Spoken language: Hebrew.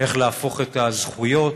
איך להפוך את הזכויות,